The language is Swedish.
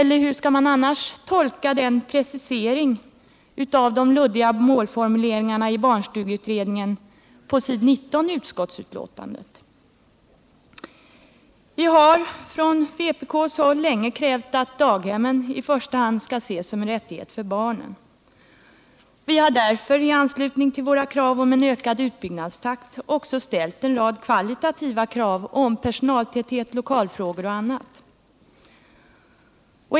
Hur skall man annars tolka preciseringen av barnstugeutredningens luddiga målformuleringar i utskottets betänkande på s. 19? Vpk har länge krävt att daghemmen i första hand skall ses som en rättighet för barnen. Vi har därför i anslutning till våra krav på en ökad utbyggnadstakt också ställt en rad kvalitativa krav när det gäller personaltäthet, lokalfrågor och annat.